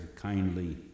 kindly